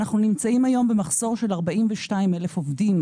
אנחנו נמצאים היום במחסור של 42,000 עובדים.